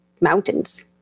mountains